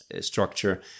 structure